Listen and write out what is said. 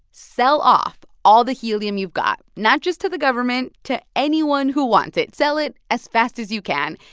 sell off all the helium you've got, not just to the government to anyone who wants it. sell it as fast as you can.